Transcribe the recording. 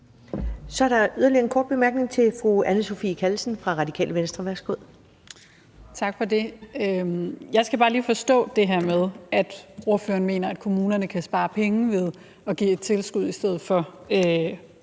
Radikale Venstre. Værsgo. Kl. 17:24 Anne Sophie Callesen (RV): Tak for det. Jeg skal bare lige forstå det her med, at ordføreren mener, at kommunerne kan spare penge ved at give et tilskud i stedet for